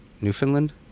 Newfoundland